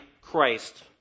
Christ